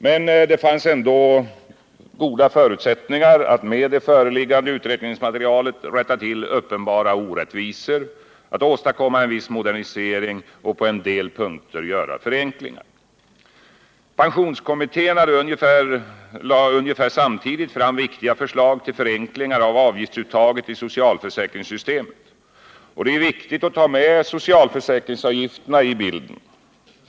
Men det fanns ändå goda förutsättningar att med det föreliggande utredningsmaterialet rätta till uppenbara orättvisor, åstadkomma en viss modernisering och på en del punkter göra förenklingar. Pensionskommittén lade ungefär samtidigt fram viktiga förslag till förenklingar av avgiftsuttaget i socialförsäkringssystemet. Det är ju viktigt att ta med socialförsäkringsavgifterna i bilden.